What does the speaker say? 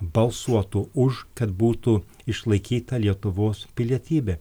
balsuotų už kad būtų išlaikyta lietuvos pilietybė